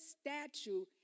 statue